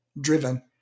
Driven